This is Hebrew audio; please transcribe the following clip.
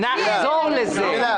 תודה רבה.